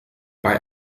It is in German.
bei